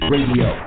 Radio